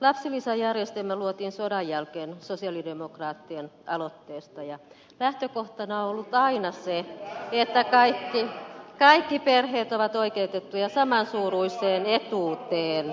lapsilisäjärjestelmä luotiin sodan jälkeen sosialidemokraattien aloitteesta ja lähtökohtana on ollut aina se että kaikki perheet ovat oikeutettuja samansuuruiseen etuuteen